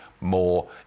more